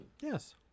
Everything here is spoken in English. Yes